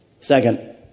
Second